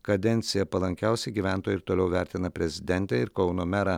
kadenciją palankiausiai gyventojai ir toliau vertina prezidentę ir kauno merą